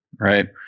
right